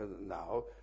now